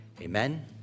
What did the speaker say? Amen